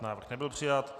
Návrh nebyl přijat.